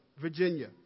Virginia